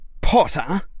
Potter